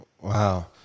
Wow